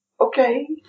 Okay